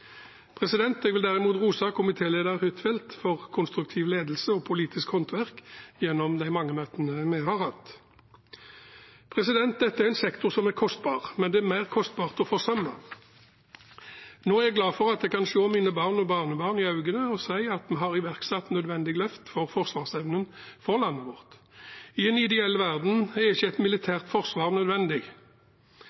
Jeg vil derimot rose komitéleder Huitfeldt for konstruktiv ledelse og politisk håndverk gjennom de mange møtene vi har hatt. Dette er en sektor som er kostbar, men det er mer kostbart å forsømme. Nå er jeg glad for at jeg kan se mine barn og barnebarn i øynene og si at vi har iverksatt nødvendige løft for forsvarsevnen for landet vårt. I en ideell verden er ikke et